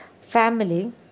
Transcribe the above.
family